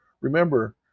remember